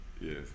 Yes